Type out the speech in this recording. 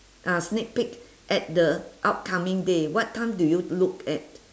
ah sneak peek at the upcoming day what time do you look at